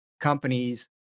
companies